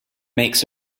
makes